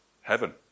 heaven